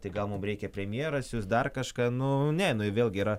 tai gal mum reikia premjerą siųst dar kažką nu ne nu vėlgi yra